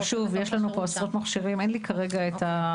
שוב, יש לנו פה עשרות מכשירים, אין לי כרגע את זה.